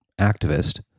activist